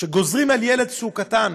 כשגוזרים על ילד כשהוא קטן: